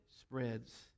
spreads